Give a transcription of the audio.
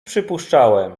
przypuszczałem